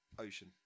ocean